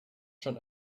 schon